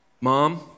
Mom